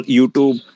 YouTube